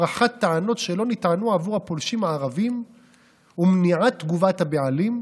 הפרכת טענות שלא נטענו עבור הפולשים הערבים (ומניעת תגובת הבעלים),